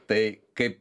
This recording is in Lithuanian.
tai kaip